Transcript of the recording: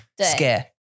scare